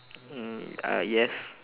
um uh yes